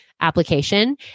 application